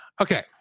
okay